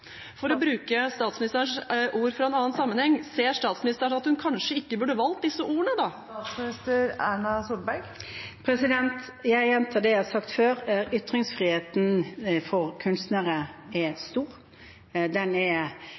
For å bruke statsministerens ord fra en annen sammenheng: Ser statsministeren at hun da kanskje ikke burde valgt disse ordene? Jeg gjentar det jeg har sagt før: Ytringsfriheten for kunstnere er stor. Den er